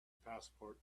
passport